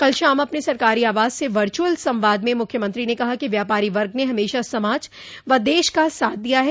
कल शाम अपने सरकारी आवास से वर्चअल संवाद में मुख्यमंत्री ने कहा कि व्यापारी वर्ग ने हमेशा समाज व देश का साथ दिया है